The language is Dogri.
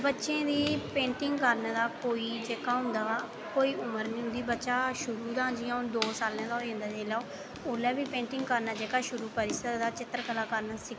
बच्चें दी पेंटिंग करने दा कोई जेह्का होंदा कोई उम्र नी होंदी बच्चा शुरू दा जि'यां हून दो सालें दा होई जंदा ऐ जेल्लै ओह् ओल्लै बी पेंटिंग करना जेह्का शुरू करी सकदा चित्रकला करनी सिक्खी